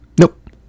Nope